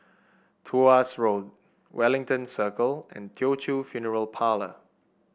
Tuas Road Wellington Circle and Teochew Funeral Parlour